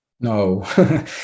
No